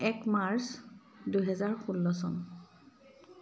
এক মাৰ্চ দুহেজাৰ ষোল্ল চন